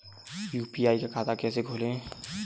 UPI का खाता कैसे खोलें?